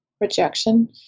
rejection